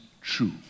true